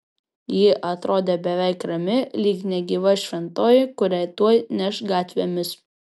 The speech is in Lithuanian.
ji atrodė beveik rami lyg negyva šventoji kurią tuoj neš gatvėmis